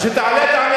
כשתעלה, תענה.